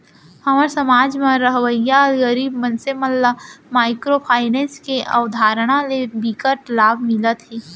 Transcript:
हमर समाज म रहवइया गरीब मनसे मन ल माइक्रो फाइनेंस के अवधारना ले बिकट लाभ मिलत हे